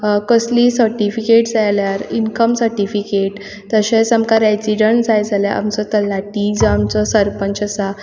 कसलीय सर्टिफिकेट जाय जाल्यार इनकम सर्टिफिकेट तशेंच आमकां रेजिडेंट सर्टिफिकेट जाय जाल्यार आमचो तलाटी जो आमचो सरपंच आसा